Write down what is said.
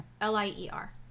L-I-E-R